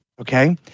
Okay